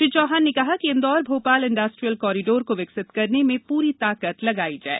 श्री चौहान ने कहा कि इंदौर भोपाल इंडस्ट्रियल कॉरीडोर को विकसित करने में पूरी ताकत लगाई जाए